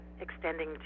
extending